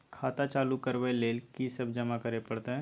खाता चालू करबै लेल की सब जमा करै परतै?